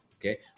Okay